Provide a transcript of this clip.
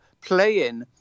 playing